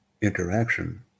interaction